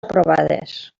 aprovades